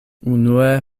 unue